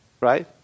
Right